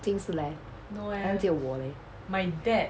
近视 leh 好像只有我 leh